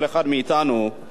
אבל אני רוצה לדבר,